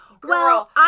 girl